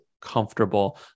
comfortable